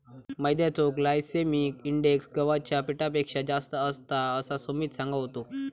मैद्याचो glycemic index गव्हाच्या पिठापेक्षा जास्त असता, असा सुमित सांगा होतो